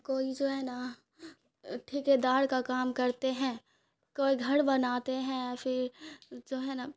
کوئی جو ہے نا ٹھیکے دار کا کام کرتے ہیں کوئی گھر بناتے ہیں پھر جو ہے نا